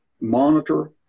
monitor